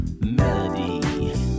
melody